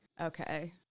okay